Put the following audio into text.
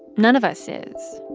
none of us is